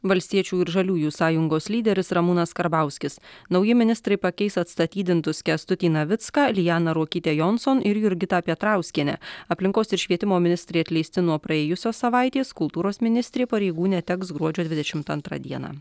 valstiečių ir žaliųjų sąjungos lyderis ramūnas karbauskis nauji ministrai pakeis atstatydintus kęstutį navicką lianą ruokytę jonson ir jurgitą petrauskienę aplinkos ir švietimo ministrai atleisti nuo praėjusios savaitės kultūros ministrė pareigų neteks gruodžio dvidešimt antrą dieną